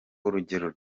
urugero